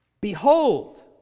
Behold